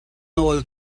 nawl